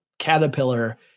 caterpillar